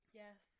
yes